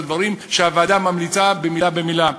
אלה דברים שהוועדה ממליצה עליהם מילה במילה.